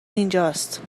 اینجاست